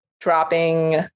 dropping